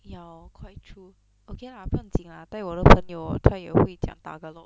ya quite true okay lah 不用紧啦被我的朋友也会讲 tagalog